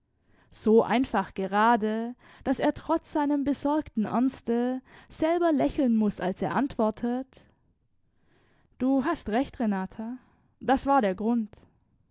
so einfach gerade daß er trotz seinem besorgten ernste selber lächeln muß als er antwortet du hast recht renata das war der grund